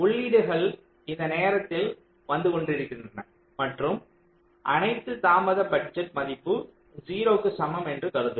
உள்ளீடுகள் இந்த நேரத்தில் வந்து கொண்டிருக்கின்றன மற்றும் அனைத்து தாமத பட்ஜெட் மதிப்பு 0 க்கு சமம் என்று கருதுங்கள்